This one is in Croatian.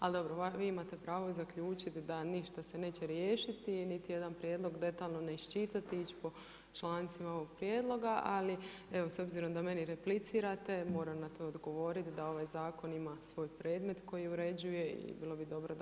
Ali dobro vi imate pravo zaključiti da ništa se neće riješiti, niti jedan prijedlog detaljno neiščitani i po člancima ovog prijedloga, ali evo, s obzirom da meni replicirate, moram na to odgovoriti, da ovaj zakon ima svoj predmet koji uređuje i bilo bi dobro … Hvala.